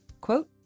quote